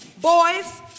boys